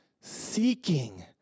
seeking